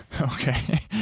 Okay